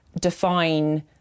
define